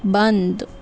بند